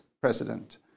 president